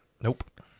Nope